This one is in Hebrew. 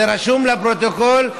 זה רשום, לפרוטוקול.